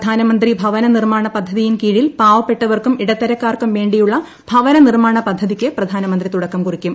പ്രധാനമന്ത്രി ഭവന നിർമ്മാണ പദ്ധതിയിൻ കീഴിൽ പാവപ്പെട്ടവർക്കും ഇടത്തരക്കാർക്കും വേണ്ടിയുള്ള ഭവന നിർമ്മാണ പദ്ധതിക്ക് പ്രധാനമന്ത്രി തുടക്കം കുറിക്കും